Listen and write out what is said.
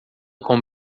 com